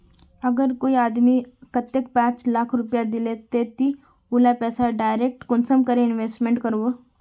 अगर कोई आदमी कतेक पाँच लाख रुपया दिले ते ती उला पैसा डायरक कुंसम करे इन्वेस्टमेंट करबो?